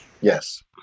Yes